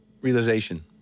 realization